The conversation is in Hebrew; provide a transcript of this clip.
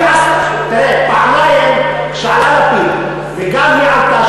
תראה, פעמיים כשעלה לפיד וגם היא עלתה.